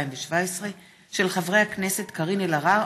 התשע"ח 2017, מאת חברי הכנסת קארין אלהרר